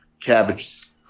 Cabbages